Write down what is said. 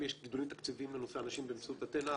יש גידולים תקציביים בנושא הנשים באמצעות "אתנה".